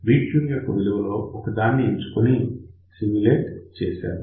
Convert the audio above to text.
వి tune యొక్క విలువలలో ఒక దానిని ఎంచుకుని సిమ్యులేషన్ చేశాము